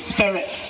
Spirit